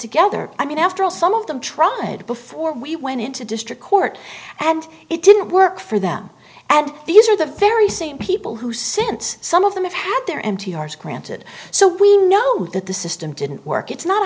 together i mean after all some of them tried before we went into district court and it didn't work for them and these are the very same people who since some of them have had their m t r granted so we know that the system didn't work it's not a